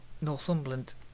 northumberland